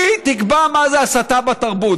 היא תקבע מה זאת הסתה בתרבות.